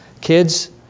Kids